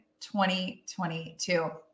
2022